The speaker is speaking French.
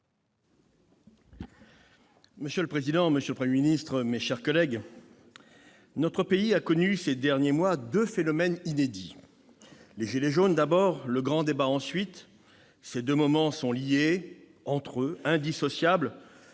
Monsieur le président, monsieur le Premier ministre, mes chers collègues, notre pays a connu ces derniers mois deux phénomènes inédits : d'abord, les « gilets jaunes »; puis, le grand débat. Ces deux moments sont liés entre eux et indissociables